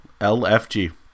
LFG